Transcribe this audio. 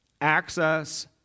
access